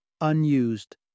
unused